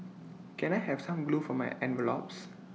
can I have some glue for my envelopes